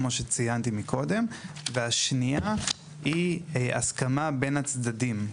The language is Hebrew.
כמו שציינתי מקודם; והשנייה היא הסכמה בין הצדדים.